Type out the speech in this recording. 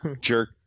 jerk